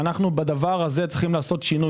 ובכך עלינו לעשות שינוי.